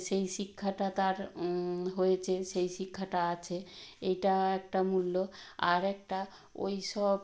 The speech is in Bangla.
সেই শিক্ষাটা তার হয়েছে সেই শিক্ষাটা আছে এইটা একটা মূল্য আরেকটা ওই সব